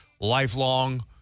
lifelong